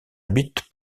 habite